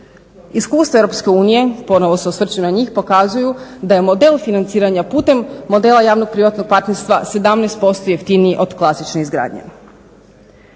Iskustvo Europske unije, ponovno se osvrćem na njih pokazuju da je model financiranja putem modela javnog privatnog partnerstva 17% jeftiniji od klasične izgradnje.